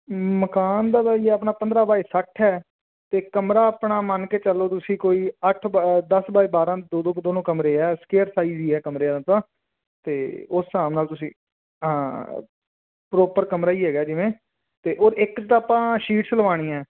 ਮਕਾਨ ਦਾ ਬਾਈ ਆਪਣਾ ਪੰਦਰਾਂ ਬਾਏ ਸੱਠ ਹੈ ਅਤੇ ਕਮਰਾ ਆਪਣਾ ਮੰਨ ਕੇ ਚੱਲੋ ਤੁਸੀਂ ਕੋਈ ਅੱਠ ਬ ਦਸ ਬਾਏ ਬਾਰਾਂ ਦੋ ਦੋਨੋਂ ਕਮਰੇ ਆ ਸਕੇਅਰ ਸਾਈਜ਼ ਹੀ ਆ ਕਮਰਿਆਂ ਅਤੇ ਉਸ ਹਿਸਾਬ ਨਾਲ ਤੁਸੀਂ ਹਾਂ ਪ੍ਰੋਪਰ ਕਮਰਾ ਹੀ ਹੈਗਾ ਜਿਵੇਂ ਅਤੇ ਔਰ ਇੱਕ ਤਾਂ ਆਪਾਂ ਸ਼ੀਟਸ ਲਗਵਾਉਣੀ ਹੈ